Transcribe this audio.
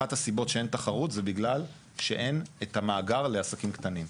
אחת הסיבות שאין תחרות זה בגלל שאין את המאגר לעסקים קטנים.